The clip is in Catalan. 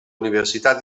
universitat